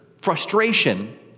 frustration